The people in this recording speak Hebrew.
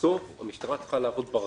בסוף המשטרה צריכה לעבור ברגיל.